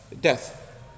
Death